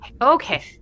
Okay